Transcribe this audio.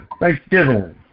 Thanksgiving